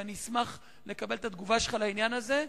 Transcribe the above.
ואשמח לקבל את התגובה שלך לעניין הזה,